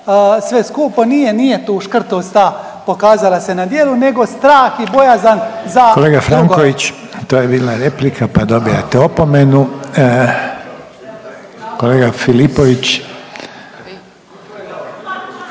sve skupo. Nije, nije tu škrtost pokazala se na djelu nego strah i bojazan za drugove. **Reiner, Željko (HDZ)** Kolega Franković to je bila replika pa dobijate opomenu. Kolega Filipović,